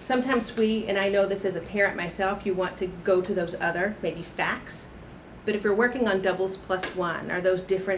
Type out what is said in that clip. sometimes we and i know this as a parent myself you want to go to those other baby facts but if you're working on doubles plus one of those different